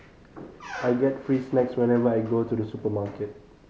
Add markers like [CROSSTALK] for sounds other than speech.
[NOISE] I get free snacks whenever I go to the supermarket